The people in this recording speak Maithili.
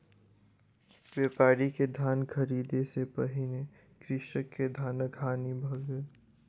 व्यापारी के धान ख़रीदै सॅ पहिने कृषक के धानक हानि भ गेल